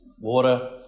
water